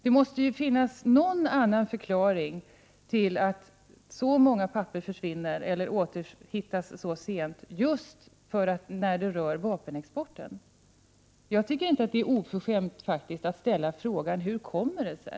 Det måste finnas någon förklaring till att så många papper försvinner eller hittas så sent just när det gäller vapenexport. Jag tycker inte att det är oförskämt att ställa frågan hur detta kommer sig.